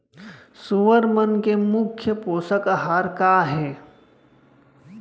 सुअर मन के मुख्य पोसक आहार का हे?